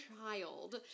child